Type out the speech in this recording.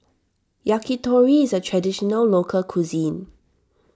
Yakitori is a Traditional Local Cuisine